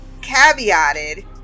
caveated